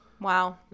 Wow